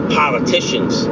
politicians